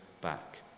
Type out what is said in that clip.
back